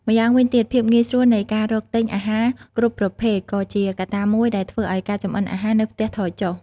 ម្យ៉ាងវិញទៀត ភាពងាយស្រួលនៃការរកទិញអាហារគ្រប់ប្រភេទក៏ជាកត្តាមួយដែលធ្វើឱ្យការចម្អិនអាហារនៅផ្ទះថយចុះ ។